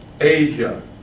Asia